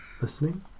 listening